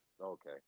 okay